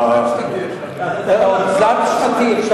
תלת-שנתי.